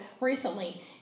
Recently